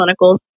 clinicals